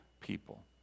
people